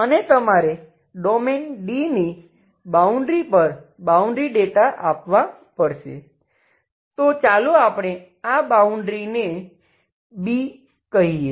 અને તમારે domain D ની બાઉન્ડ્રી પર બાઉન્ડ્રી ડેટા આપવા પડશે તો ચાલો આપણે આ બાઉન્ડ્રી ને B કહીએ